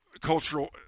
cultural